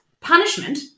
punishment